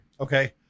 Okay